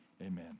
amen